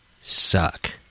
suck